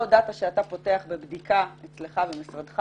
הודעת שאתה פותח בבדיקה אצלך במשרדך